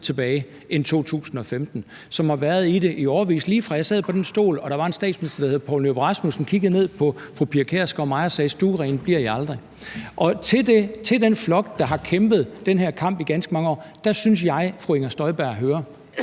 tilbage end i 2015, og som har været i det i årevis. Jeg har været det, lige fra jeg sad her og der var en statsminister, der hed Poul Nyrup Rasmussen, som kiggede ned på fru Pia Kjærsgaard og mig og sagde: Stuerene bliver I aldrig. Og til den flok, der har kæmpet den her kamp i ganske mange år, synes jeg at fru Inger Støjberg hører